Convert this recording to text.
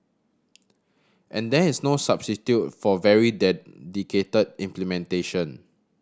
and there is no substitute for very dedicated implementation